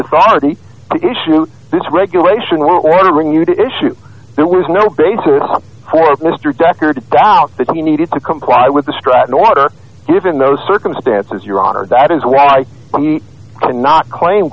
authority to issue this regulation were ordering you to issue there was no basis for mr decker to doubt that you needed to comply with the stratton order given those circumstances your honor that is why i cannot claim